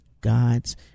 God's